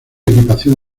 equipación